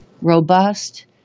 robust